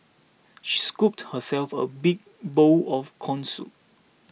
she scooped herself a big bowl of Corn Soup